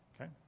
okay